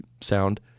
sound